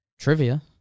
Trivia